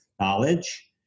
knowledge